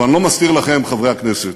אבל אני לא מסתיר מכם, חברי הכנסת,